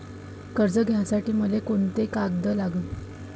कर्ज घ्यासाठी मले कोंते कागद लागन?